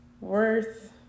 worth